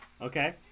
Okay